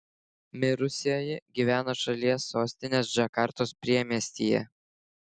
mirusioji gyveno šalies sostinės džakartos priemiestyje